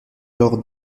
lors